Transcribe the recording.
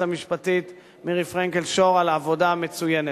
המשפטית מירי פרנקל-שור על העבודה המצוינת.